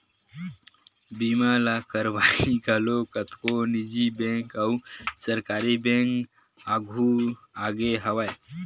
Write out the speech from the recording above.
बीमा ल करवइया घलो कतको निजी बेंक अउ सरकारी बेंक आघु आगे हवय